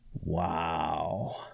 Wow